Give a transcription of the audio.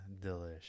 delish